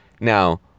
Now